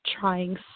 trying